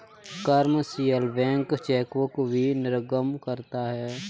commercial bank chequebook भी निर्गम करता है